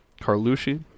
Carlucci